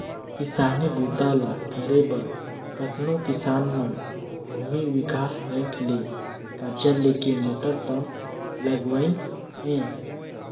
किसानी बूता ल करे बर कतनो किसान मन भूमि विकास बैंक ले करजा लेके मोटर पंप लगवाइन हें